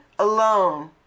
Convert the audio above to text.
alone